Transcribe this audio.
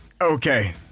Okay